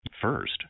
First